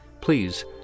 please